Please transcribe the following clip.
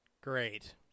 Great